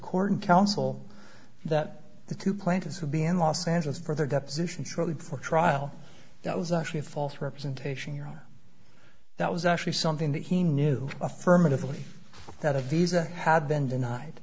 and council that the two plans would be in los angeles for their depositions shortly before trial that was actually a false representation euro that was actually something that he knew affirmatively that a visa had been denied